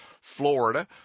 Florida